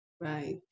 Right